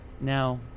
Now